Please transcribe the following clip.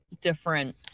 different